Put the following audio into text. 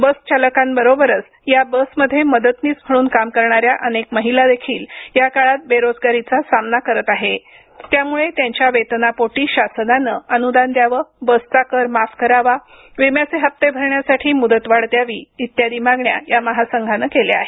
बस चालकांबरोबरच या बसमध्ये मदतनीस म्हणून काम करणाऱ्या अनेक महिला देखील या काळात बेरोजगारीचा सामना करत आहेत त्यामुळं त्यांच्या वेतनापोटी शासनानं अनुदान द्यावं बसचा कर माफ करावा विम्याचे हप्ते भरण्यासाठी मुदतवाढ द्यावी इत्यादी मागण्या या महासंघानं केल्या आहेत